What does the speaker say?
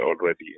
already